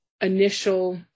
initial